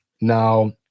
Now